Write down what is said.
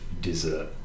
dessert